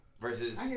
Versus